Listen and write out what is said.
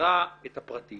ומסרה את הפרטים